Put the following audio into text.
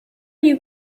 you